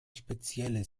spezielle